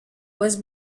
was